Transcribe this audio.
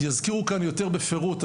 יזכירו כאן יותר בפירוט,